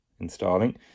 installing